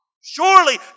Surely